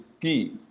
key